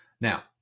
Now